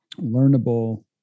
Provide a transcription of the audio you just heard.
learnable